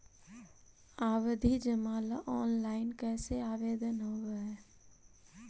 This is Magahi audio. आवधि जमा ला ऑनलाइन कैसे आवेदन हावअ हई